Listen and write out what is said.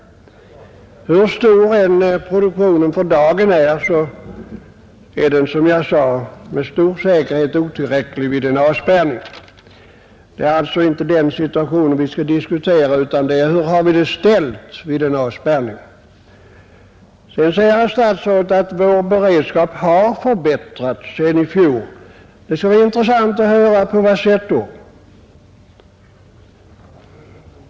Hur stor produktionen för dagen än är, så är den — som jag sade — med säkerhet otillräcklig vid en avspärrning. Det gäller alltså inte dagens situation utan vad vi skall diskutera är: Hur har vi det ställt vid en avspärrning? Herr statsrådet säger att vår beredskap har förbättrats sedan i fjol. Det skulle vara intressant att höra på vad sätt den har förbättrats.